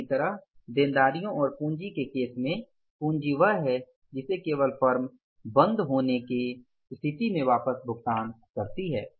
इसी तरह देनदारियों और पूंजी के केस में पूंजी वह है जिसे केवल फर्म के बंद होने की स्थिति में वापस भुगतान किया जा सकता है